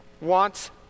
wants